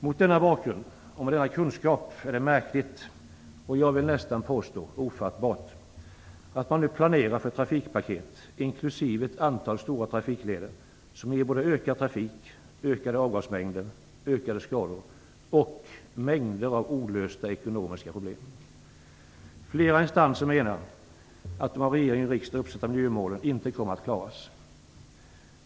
Mot denna bakgrund och med denna kunskap är det märkligt - nästan ofattbart, vill jag påstå - att man nu planerar för ett trafikpaket, inklusive ett antal stora trafikleder som ger såväl ökad trafik, ökade avgasmängder och ökade skador som mängder av olösta ekonomiska problem. Flera instanser menar att de av regering och riksdag uppsatta miljömålen inte kommer att klaras.